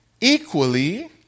equally